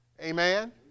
Amen